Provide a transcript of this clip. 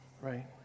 Right